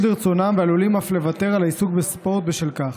לרצונם ועלולים אף לוותר על העיסוק בספורט בשל כך.